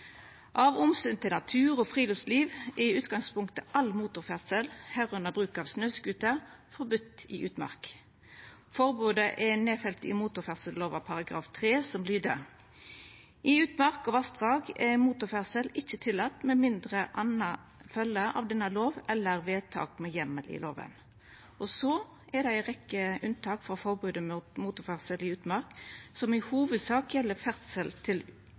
Av omsyn til natur og friluftsliv er i utgangspunktet all motorferdsel, herunder bruk av snøscooter, forbode i utmark. Forbodet er nedfelt i motorferdsellova § 3, som lyder: «I utmark og vassdrag er motorferdsel ikke tillatt med mindre annet følger av denne lov eller vedtak med hjemmel i loven.» Det er ei rekkje unntak frå forbodet mot motorferdsel i utmark som i hovudsak gjeld ferdsel til